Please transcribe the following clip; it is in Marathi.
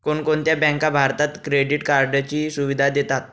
कोणकोणत्या बँका भारतात क्रेडिट कार्डची सुविधा देतात?